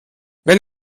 wenn